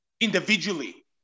individually